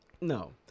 No